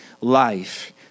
life